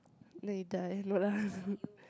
then you die no lah